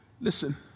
listen